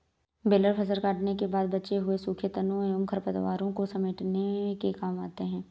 baler फसल कटने के बाद बचे हुए सूखे तनों एवं खरपतवारों को समेटने के काम आते हैं